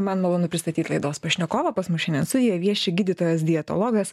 man malonu pristatyti laidos pašnekovą pas mus šiandien studijoje vieši gydytojas dietologas